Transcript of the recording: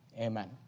amen